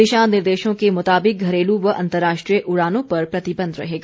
दिशा निर्देशों के मुताबिक घरेलू व अंतर्राष्ट्रीय उड़ानों पर प्रतिबंध रहेगा